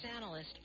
analyst